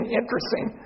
interesting